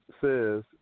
says